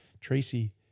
Tracy